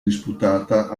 disputata